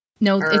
No